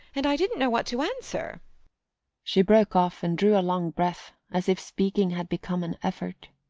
and i didn't know what to answer she broke off and drew a long breath, as if speaking had become an effort.